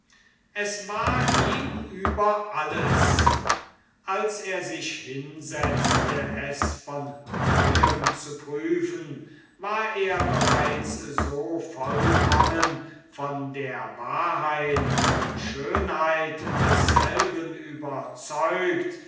es war ihm über alles als er sich hinsetzte es von neuem zu prüfen war er bereits so vollkommen von der wahrheit und schönheit desselben überzeugt